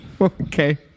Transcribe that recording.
Okay